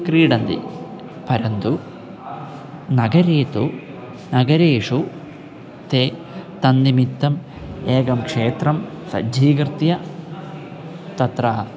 क्रीडन्ति परन्तु नगरे तु नगरेषु ते तन्निमित्तम् एकं क्षेत्रं सज्जीकृत्य तत्र